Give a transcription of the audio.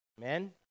Amen